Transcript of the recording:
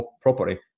property